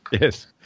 Yes